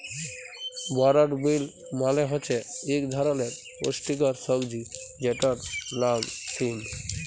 বরড বিল মালে হছে ইক ধরলের পুস্টিকর সবজি যেটর লাম সিম